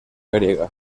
griega